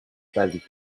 paris